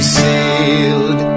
sailed